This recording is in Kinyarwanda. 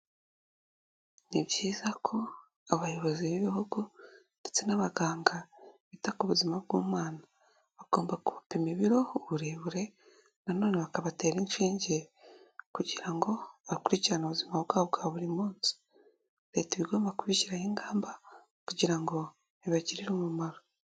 Ni byiza ko abayobozi b'ibihugu ndetse n'abaganga bita ku buzima bw'umwana, bagomba gupima ibiro, uburebure nanone bakabatera inshinge, kugira ngo bakurikirane ubuzima bwabo bwa buri munsi, leta iba igomba kubishyiraho imbaraga kugira ngo bibagirire umumaro.